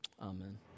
amen